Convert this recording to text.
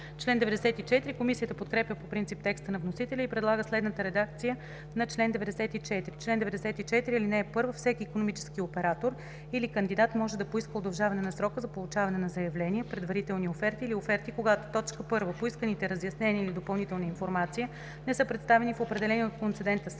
дни.“ Комисията подкрепя по принцип текста на вносителя и предлага следната редакция на чл. 94: „Чл. 94. (1) Всеки икономически оператор или кандидат може да поиска удължаване на срока за получаване на заявления, предварителни оферти или оферти, когато: 1. поисканите разяснения или допълнителна информация не са представени в определения от концедента срок, или